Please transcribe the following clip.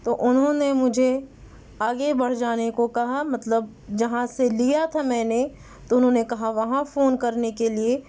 تو انہوں نے مجھے آگے بڑھ جانے کو کہا مطلب جہاں سے لیا تھا میں نے تو انہوں نے کہا وہاں فون کرنے کے لیے